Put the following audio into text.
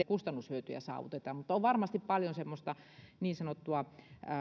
kustannushyötyjä saavuteta mutta on varmasti paljon semmoista niin sanottua